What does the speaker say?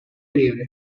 libre